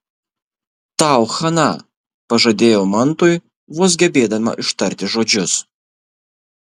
tau chana pažadėjau mantui vos gebėdama ištarti žodžius